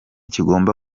kigomba